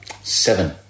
seven